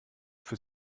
für